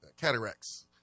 Cataracts